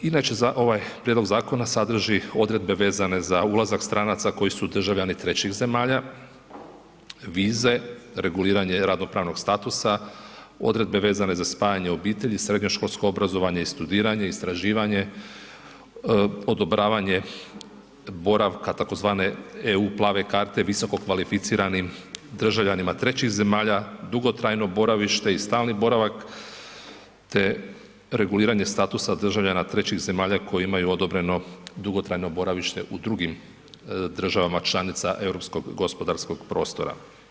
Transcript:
Inače ovaj prijedlog zakona sadrži odredbe vezane za ulazak stranaca koji su državljani trećih zemalja, vize, reguliranje radno-pravnog statusa, odredbe vezane za spajanje obitelji, srednjoškolsko obrazovanje i studiranje, istraživanje, odobravanje boravka tzv. EU plave karte visokokvalificiranim državljanima trećih zemalja, dugotrajno boravište i stalni boravak te reguliranje statusa državljana trećih zemalja koji imaju odobreno dugotrajno boravište u drugim državama članica europskog gospodarskog prostora.